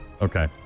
Okay